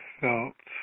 felt